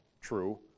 true